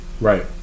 Right